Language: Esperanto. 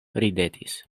ridetis